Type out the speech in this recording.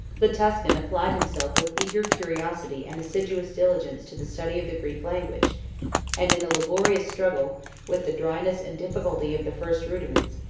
the tuscan applied himself with eager curiosity and assiduous diligence to the study of the greek language and in a laborious struggle with the dryness and difficulty of the first rudiments,